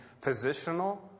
positional